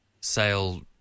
Sale